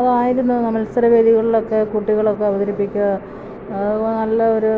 അതായിരുന്നു മത്സരവേദികളിലൊക്കെ കുട്ടികളൊക്കെ അവതരിപ്പിക്കുക നല്ലയൊരു